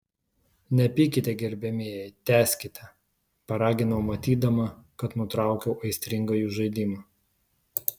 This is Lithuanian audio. nepykite gerbiamieji tęskite paraginau matydama kad nutraukiau aistringą jų žaidimą